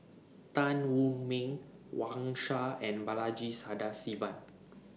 Tan Wu Meng Wang Sha and Balaji Sadasivan